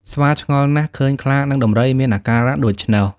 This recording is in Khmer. ស្វាឆ្ងល់ណាស់ឃើញខ្លា និងដំរីមានអាការៈដូច្នោះ។